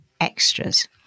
extras